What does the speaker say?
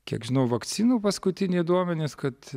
kiek žinau vakcinų paskutiniai duomenys kad